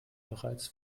bereits